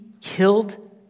killed